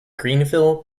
greenville